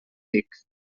tic